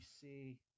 see